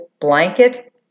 blanket